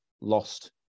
lost